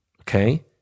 okay